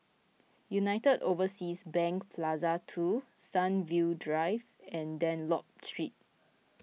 United Overseas Bank Plaza two Sunview Drive and Dunlop Street